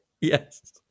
Yes